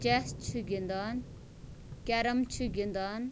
chess چھِ گِنٛدان کٮ۪رَم چھِ گِںٛدان